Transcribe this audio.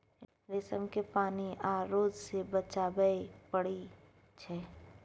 रेशम केँ पानि आ रौद सँ बचाबय पड़इ छै